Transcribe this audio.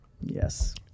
Yes